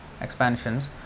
expansions